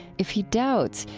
if he doubts,